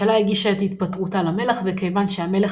הממשלה הגישה את התפטרותה למלך וכיוון שהמלך